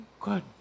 Good